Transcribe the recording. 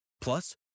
Plus